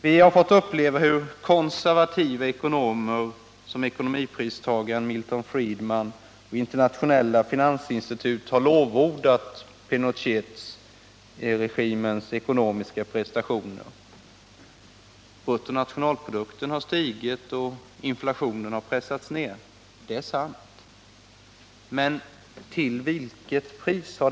Vi har fått uppleva att konservativa ekonomer, som ekonomipristagaren Milton Friedman, och internationella finansinstitut har lovordat Pinochetregimens ekonomiska prestationer. Bruttonationalprodukten har stigit och inflationen har pressats ned, det är sant. Men till vilket pris?